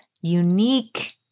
unique